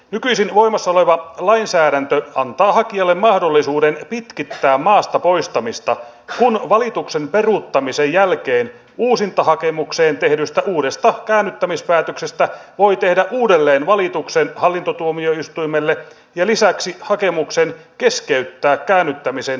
nykyisin voimassa oleva lainsäädäntö antaa hakijalle mahdollisuuden pitkittää maasta poistamista kun valituksen peruuttamisen jälkeen uusintahakemukseen tehdystä uudesta käännyttämispäätöksestä voi tehdä uudelleen valituksen hallintotuomioistuimelle ja lisäksi hakemuksen keskeyttää käännyttämisen täytäntöönpano